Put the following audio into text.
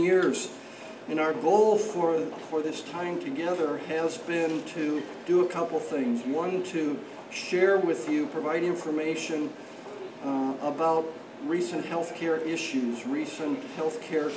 years and our goal for the for this time together has been to do a couple things one to share with you provide information about recent health care issues recently health care